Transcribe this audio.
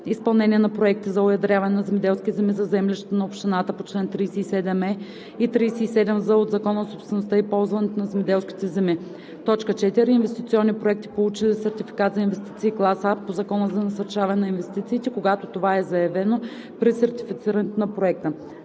изпълнение на проекти за уедряване на земеделски земи за землищата на общината по чл. 37е и 37з от Закона за собствеността и ползването на земеделските земи; 4. инвестиционни проекти, получили сертификат за инвестиции клас А по Закона за насърчаване на инвестициите, когато това е заявено при сертифицирането на проекта;